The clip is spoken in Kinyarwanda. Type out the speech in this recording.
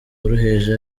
woroheje